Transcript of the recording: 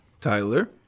Tyler